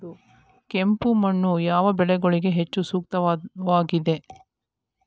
ಕೆಂಪು ಮಣ್ಣು ಯಾವ ಬೆಳೆಗಳಿಗೆ ಹೆಚ್ಚು ಸೂಕ್ತವಾಗಿದೆ?